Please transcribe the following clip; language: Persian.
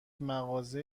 مغازه